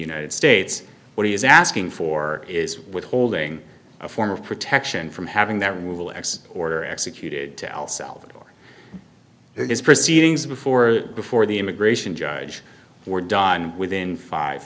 united states where he is asking for is withholding a form of protection from having that rule x order executed to el salvador his proceedings before before the immigration judge were done within five